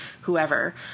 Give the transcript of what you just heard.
whoever